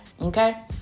Okay